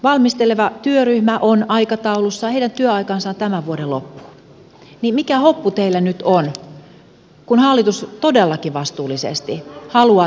valmisteleva työryhmä on aikataulussaan heidän työaikansa on tämän vuoden loppuun niin että mikä hoppu teillä nyt on kun hallitus todellakin vastuullisesti haluaa tarkistaa asiat